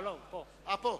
הוא פה.